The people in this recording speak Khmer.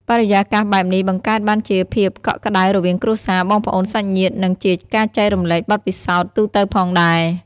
បរិយាកាសបែបនេះ បង្កើតបានជាភាពកក់ក្ដៅរវាងគ្រួសារ បងប្អូន សាច់ញាតិ និងជាការចែករំលែកបទពិសោធន៍ទូទៅផងដែរ ។